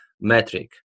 metric